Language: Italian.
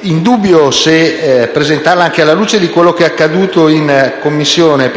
in dubbio se presentarla, anche alla luce di quello che è accaduto in Commissione: